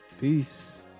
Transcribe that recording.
Peace